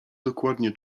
dokładnie